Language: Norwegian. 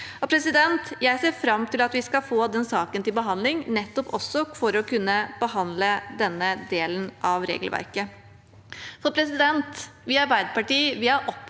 Jeg ser fram til at vi skal få den saken til behandling, nettopp også for å kunne behandle denne delen av regelverket.